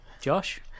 Josh